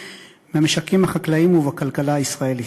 במשקים החקלאים ובכלכלה הישראלית.